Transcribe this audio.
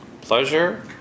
Pleasure